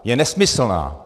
Je nesmyslná.